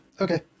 Okay